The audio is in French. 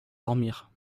dormir